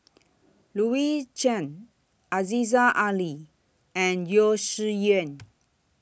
Louis Chen Aziza Ali and Yeo Shih Yun